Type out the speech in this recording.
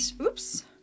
oops